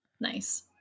nice